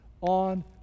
on